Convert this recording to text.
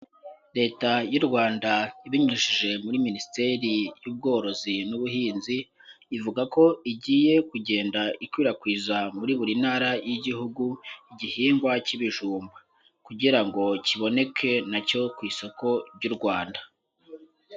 Leta y'u Rwanda ibinyujije muri minisiteri y'ubworozi n'ubuhinzi, ivuga ko igiye kugenda ikwirakwizwa muri buri ntara y'igihugu igihingwa cy'ibijumba, kugira ngo kiboneke na cyo ku isoko ry'u Rwanda.